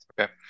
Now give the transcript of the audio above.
okay